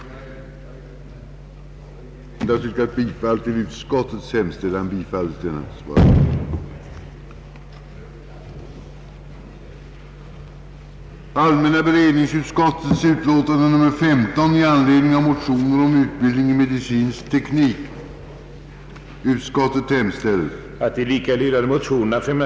Punkten avslutades med en förklaring, att utskottet velat för riksdagen omförmäla vad i detta ärende förekommit.